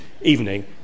evening